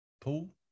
pool